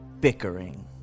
bickering